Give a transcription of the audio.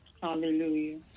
Hallelujah